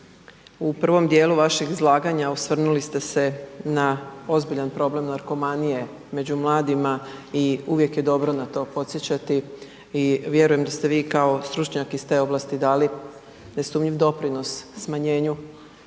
U prvom dijelu vašeg izlaganja osvrnuli ste se na ozbiljan problem narkomanije među mladima i uvijek je dobro na to podsjećati i vjerujem da ste vi kao stručnjak iz te oblasti dali nesumnjiv doprinos smanjenju